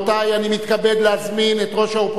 אני מתכבד להזמין את ראש האופוזיציה,